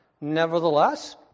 Nevertheless